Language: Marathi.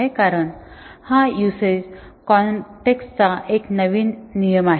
कारण हा युसेज कॉन्टेक्सट चा एक नवीन नियम आहे